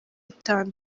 itanu